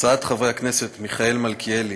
הצעת חברי הכנסת מיכאל מלכיאלי,